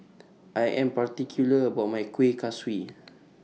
I Am particular about My Kueh Kaswi